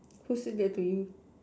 who said that to you